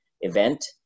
event